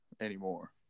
anymore